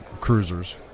cruisers